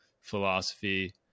philosophy